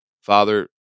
Father